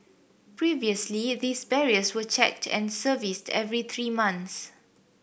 previously these barriers were checked and serviced every three months